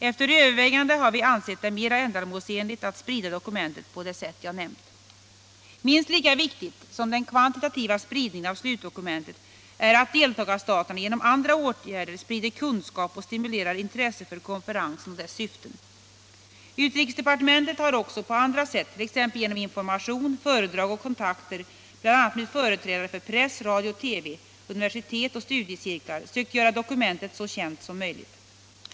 Efter övervägande har vi ansett det mera ändamålsenligt att sprida dokumentet på det sätt jag nämnt. Minst lika viktigt som den kvantitativa spridningen av slutdokumentet är att deltagarstaterna genom andra åtgärder sprider kunskap och stimulerar intresse för konferensen och dess syften. Utrikesdepartementet har också på andra sätt —t.ex. genom information, föredrag och kontakter, bl.a. med företrädare för press, radio och TV, universitet och studiecirklar — sökt göra dokumentet så känt som möjligt.